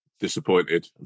disappointed